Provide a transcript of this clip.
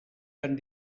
han